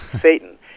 Satan